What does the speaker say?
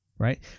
Right